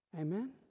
Amen